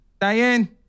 Diane